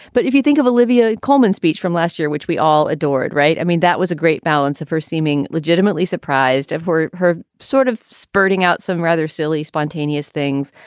but if you think of olivia colman speech from last year, which we all adored. right. i mean, that was a great balance of her seeming legitimately surprised were her sort of spurting out some rather silly, spontaneous things.